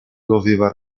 doveva